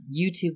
YouTube